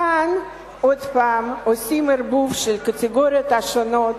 כאן עוד פעם עושים ערבוב של הקטגוריות השונות,